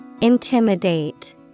Intimidate